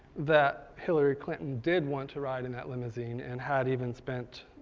that hilary clinton did want to ride in that limousine, and had even spent